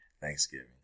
Thanksgiving